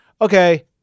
okay